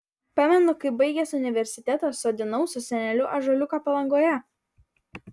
pamenu kaip baigęs universitetą sodinau su seneliu ąžuoliuką palangoje